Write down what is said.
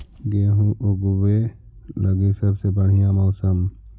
गेहूँ ऊगवे लगी सबसे बढ़िया मौसम?